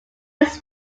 his